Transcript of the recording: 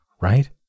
right